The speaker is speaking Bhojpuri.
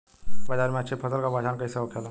बाजार में अच्छी फसल का पहचान कैसे होखेला?